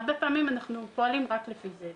הרבה פעמים אנחנו פועלים רק לפי זה.